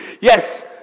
Yes